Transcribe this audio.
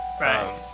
Right